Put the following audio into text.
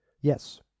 Yes